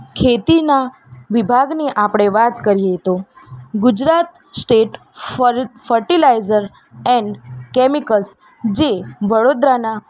ખેતીના વિભાગની આપણે વાત કરીએ તો ગુજરાત સ્ટેટ ફર ફર્ટિલાઈઝર ઍન્ડ કૅમિકલ્સ જે વડોદરાના